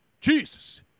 Jesus